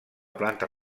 planta